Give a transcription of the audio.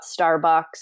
Starbucks